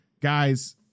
guys